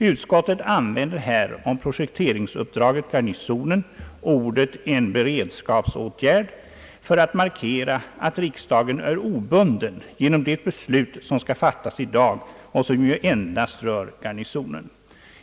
Utskottet använder här om projekteringsuppdraget Garnisonen ordet »en beredskapsåtgärd» för att markera att riksdagen är obunden av det beslut som skall fattas i dag och som ju endast rör projektering av kvarteret Garnisonen.